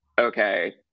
okay